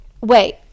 wait